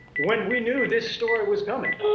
when we knew this story was coming.